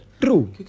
True